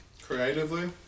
Creatively